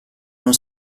uno